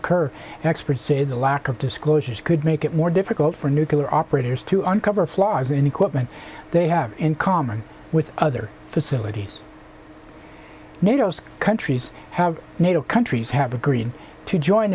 occur experts say the lack of disclosures could make it more difficult for nuclear operators to uncover flaws in equipment they have in common with other facilities nato countries have nato countries have agreed to join